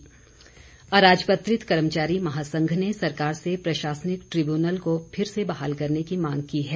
कर्मचारी संघ अराजपत्रित कर्मचारी महासंघ ने सरकार से प्रशासनिक ट्रिब्यूनल को फिर से बहाल करने की मांग की है